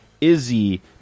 Izzy